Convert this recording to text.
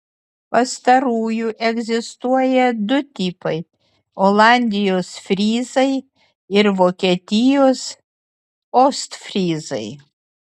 pastarųjų egzistuoja du tipai olandijos fryzai ir vokietijos ostfryzai